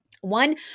One